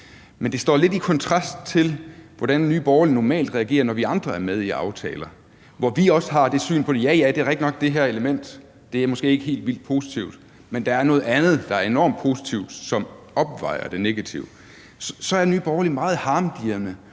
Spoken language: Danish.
Men det står lidt i kontrast til, hvordan Nye Borgerlige normalt reagerer. Når vi andre er med i aftaler, hvor vi også har det syn på det, at ja, ja, det her element er måske ikke helt vildt positivt, men der er noget andet, der er enormt positivt, og som opvejer det negative, så er Nye Borgerlige meget harmdirrende